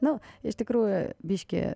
nu iš tikrųjų biški